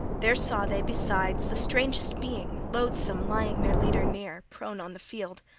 there saw they, besides, the strangest being, loathsome, lying their leader near, prone on the field.